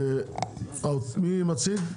מי מציג?